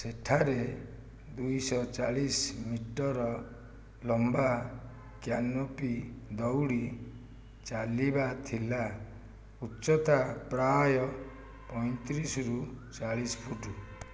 ସେଠାରେ ଦୁଇଶହ ଚାଳିଶ ମିଟର ଲମ୍ବା କ୍ୟାନୋପି ଦଉଡ଼ି ଚାଲିବା ଥିଲା ଉଚ୍ଚତା ପ୍ରାୟ ପୈଁତିରିଶରୁ ଚାଳିଶ ଫୁଟ